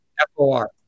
F-O-R